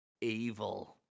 Evil